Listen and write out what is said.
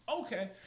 Okay